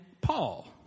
Paul